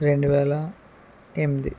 రెండువేల ఎంది